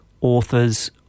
authors